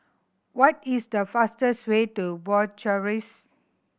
what is the fastest way to Bucharest